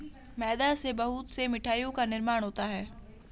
मैदा से बहुत से मिठाइयों का निर्माण होता है